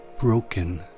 broken